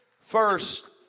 first